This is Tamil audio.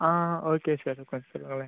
ah okay sir okay sir